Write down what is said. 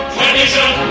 Tradition